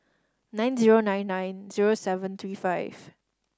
nine zero nine nine zero seven three five